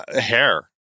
Hair